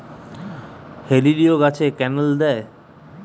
হেলিলিও গাছে ক্যানেল দেয়?